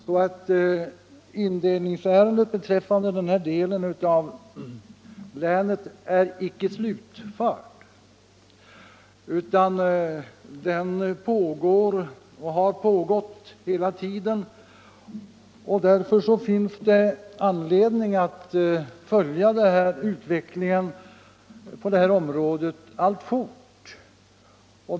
Kommunindelningsärendet beträffande den här delen av länet är icke slutfört, utan utredning pågår och har pågått hela tiden. Det finns således anledning att alltfort följa utvecklingen i den här frågan.